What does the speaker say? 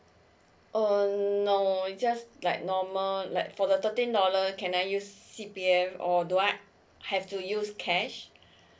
oh no it's just like normal like for the thirteen dollar can I you use C P F or do I have to use cash